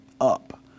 up